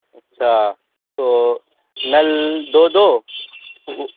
اچھا تو نل دو دو